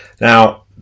Now